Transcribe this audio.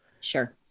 Sure